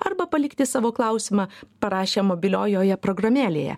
arba palikti savo klausimą parašę mobiliojoje programėlėje